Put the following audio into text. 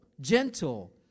gentle